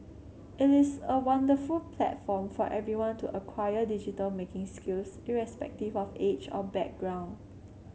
it is a wonderful platform for everyone to acquire digital making skills irrespective of age or background